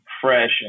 fresh